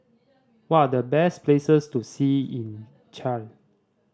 what are the best places to see in Chad